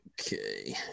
Okay